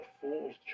fool's